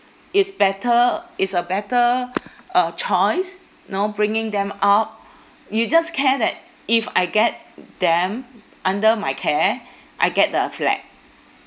is better is a better uh choice you know bringing them up you just care that if I get them under my care I get the flat